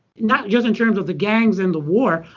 not just in terms of the gangs and the war,